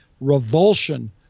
revulsion